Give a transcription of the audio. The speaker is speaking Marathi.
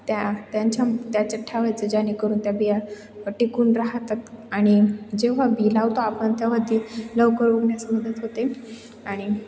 त्या त्यांच्या त्याच्या ठेवायचं जेणेकरून त्या बिया टिकून राहतात आणि जेव्हा बी लावतो आपण तेव्हा ती लवकर उगण्यास मदत होते आणि